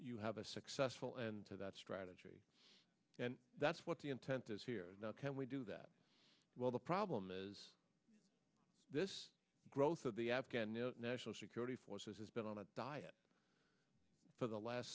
you have a successful end to that strategy and that's what the intent is here now can we do that well the problem is this growth of the afghan national security forces has been on a diet for the last